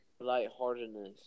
lightheartedness